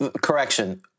correction